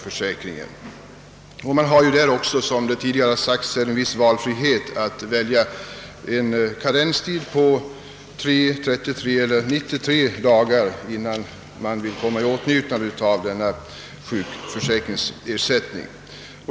Företagarna har, såsom tidigare har sagts, möjlighet att välja mellan en karenstid på 3, 33 eller 93 dagar innan de kommer i åtnjutande av sjukersättning.